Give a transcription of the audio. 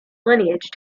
lineage